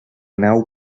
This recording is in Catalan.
nau